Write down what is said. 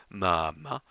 mama